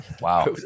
Wow